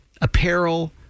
Apparel